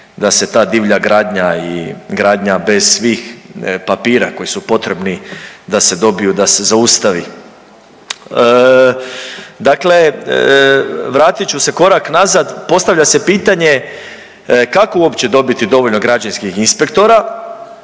da se ta divlja gradnja i gradnja bez svih papira koji su potrebni da se dobiju da se zaustavi. Dakle, vratit ću se korak nazad, postavlja se pitanje kako uopće dobiti dovoljno građevinskih inspektora